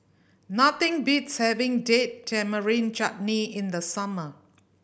nothing beats having Date Tamarind Chutney in the summer